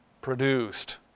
produced